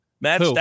Matt